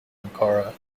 ankara